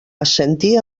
assentir